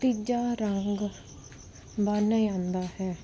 ਤੀਜਾ ਰੰਗ ਬਣ ਜਾਂਦਾ ਹੈ